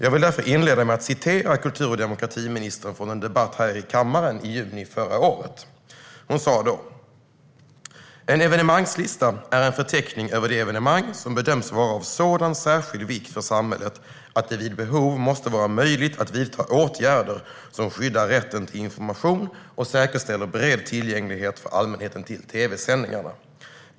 Jag vill därför inleda med att citera kultur och demokratiministern från en debatt här i kammaren i juni förra året. Hon sa då: En evenemangslista är en förteckning över de evenemang som bedöms vara av sådan särskild vikt för samhället att det vid behov måste vara möjligt att vidta åtgärder som skyddar rätten till information och säkerställer bred tillgänglighet för allmänheten till tv-sändningarna.